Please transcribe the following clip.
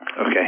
Okay